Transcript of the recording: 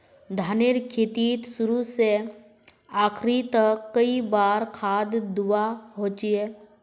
धानेर खेतीत शुरू से आखरी तक कई बार खाद दुबा होचए?